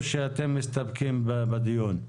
או שאתם מסתפקים בדיון?